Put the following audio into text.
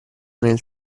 nel